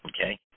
okay